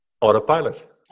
Autopilot